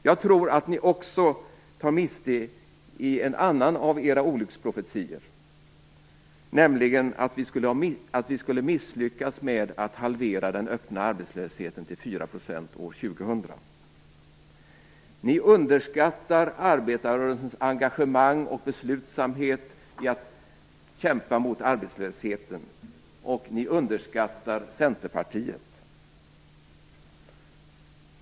Jag tror att ni också tar miste i en annan av era olycksprofetior, nämligen att vi skulle misslyckas med att halvera den öppna arbetslösheten till 4 % år 2000. Ni underskattar arbetarrörelsens engagemang och beslutsamhet i kampen mot arbetslösheten, och ni underskattar Centerpartiet.